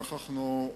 נכחנו,